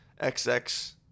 XX